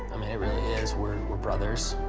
i mean, it really is. we're we're brothers.